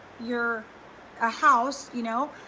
your ah house, you know,